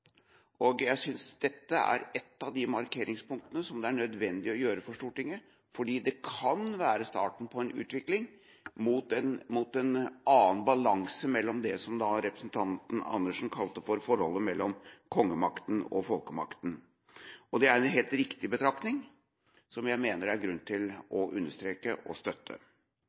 og jeg synes dette er et av de markeringspunktene som det er nødvendig å gjøre for Stortinget, for ellers kan det være starten på en utvikling mot en annen balanse mellom det som representanten Andersen kalte for forholdet mellom kongemakten og folkemakten. Det er en helt riktig betraktning, som jeg mener det er grunn til å understreke og støtte.